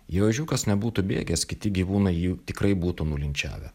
jei ožiukas nebūtų bėgęs kiti gyvūnai jį tikrai būtų nulinčiavę